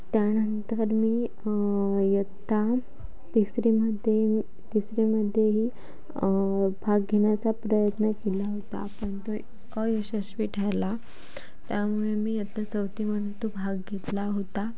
त्यानंतर मी इयत्ता तिसरीमध्ये तिसरीमध्येही भाग घेण्याचा प्रयत्न केला होता पण तो अयशस्वी ठरला त्यामुळे मी इयत्ता चौथीमध्ये तो भाग घेतला होता